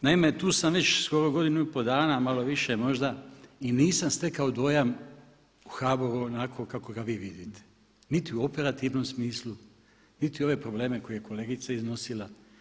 Naime, tu sam već skoro godinu i pol dana malo više možda i nisam stekao dojam u HBOR-u onako kako ga vi vidite niti u operativnom smislu, niti ove probleme koje je kolegica iznosila.